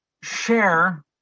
share